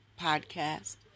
podcast